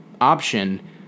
option